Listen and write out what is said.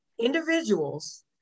individuals